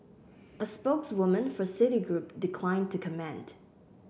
a spokeswoman for Citigroup declined to comment